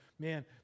Man